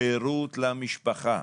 שירות למשפחה.